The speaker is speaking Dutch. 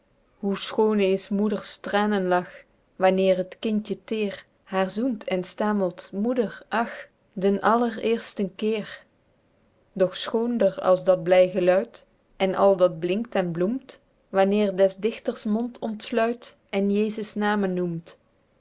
hoe schoone is moeders tranenlach wanneer het kindje teêr haer zoent en stamelt moeder ach den allereersten keer doch schoonder als dat bly geluid en al dat blinkt en bloemt wanneer des dichters mond ontsluit en jesus name noemt